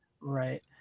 Right